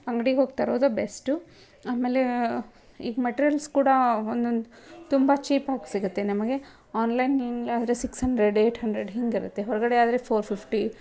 ಅಂಗ್ಡಿಗೆ ಹೋಗಿ ತರೋದೇ ಬೆಸ್ಟು ಆಮೇಲೆ ಈ ಮೆಟ್ರಿಯಲ್ಸ್ ಕೂಡ ಒಂದೊಂದು ತುಂಬ ಚೀಪಾಗಿ ಸಿಗುತ್ತೆ ನಮಗೆ ಆನ್ಲೈನ್ನಲ್ಲಾದರೆ ಸಿಕ್ಸ್ ಹಂಡ್ರೆಡ್ ಏಯ್ಟ್ ಹಂಡ್ರೆಡ್ ಹೀಗಿರುತ್ತೆ ಹೊರಗಡೆ ಆದರೆ ಫೋರ್ ಫಿಫ್ಟಿ